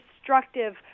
destructive